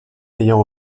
ayant